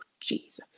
Jesus